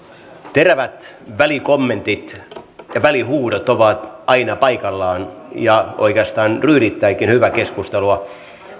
terävät välikommentit ja välihuudot ovat aina paikallaan ja oikeastaan ryydittävätkin hyvää keskustelua